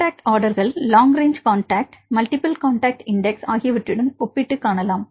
contact ஆர்டர்கள் long range contact multiple contact index ஆகியவற்றுடன் ஒப்பிட்டு காணலாம்